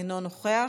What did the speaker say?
אינו נוכח,